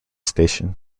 station